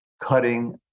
cutting